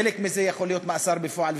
חלק מזה יכול להיות מאסר בפועל,